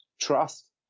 trust